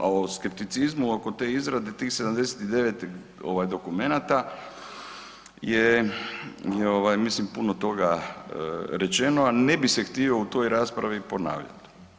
A o skepticizmu oko te izrade tih 79 dokumenata je mislim puno toga rečeno, a ne bi se htio u toj raspravi ponavljati.